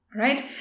right